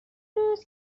روز